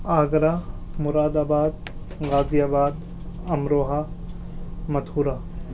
Agra Moradabad Ghaziabad Amroha Mathura